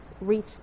reach